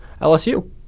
LSU